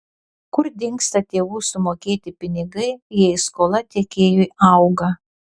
kur dingsta tėvų sumokėti pinigai jei skola tiekėjui auga